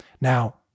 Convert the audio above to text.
Now